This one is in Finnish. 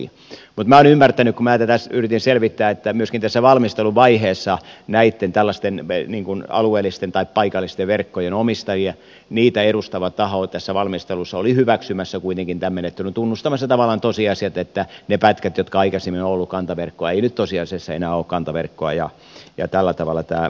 mutta minä olen ymmärtänyt kun minä tätä yritin selvittää että myöskin tässä valmisteluvaiheessa tällaisten alueellisten tai paikallisten verkkojen omistajia edustava taho tässä valmistelussa oli kuitenkin hyväksymässä tämän menettelyn tunnustamassa tavallaan tosiasiat että ne pätkät jotka aikaisemmin ovat olleet kantaverkkoa eivät nyt tosiasiassa enää ole kantaverkkoa ja tällä tavalla tämä muutos tehdään